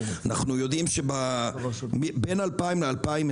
אנחנו יודעים שבין 2000 ל-2020